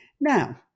Now